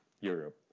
Europe